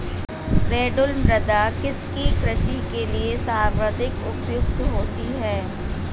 रेगुड़ मृदा किसकी कृषि के लिए सर्वाधिक उपयुक्त होती है?